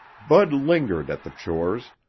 bud lingered at the chores,